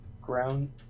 Ground